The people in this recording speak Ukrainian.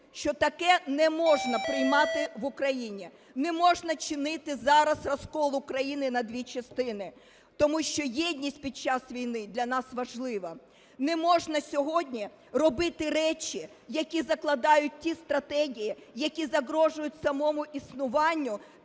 що таке не можна приймати в Україні. Не можна чинити зараз розкол України на дві частини, тому що єдність під час війни для нас важлива. Не можна сьогодні робити речі, які закладають ті стратегії, які загрожують самому існуванню